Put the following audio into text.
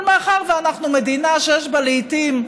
אבל מאחר שאנחנו מדינה שיש בה לעיתים,